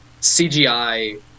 CGI